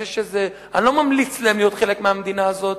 אני לא ממליץ להם להיות חלק מהמדינה הזאת.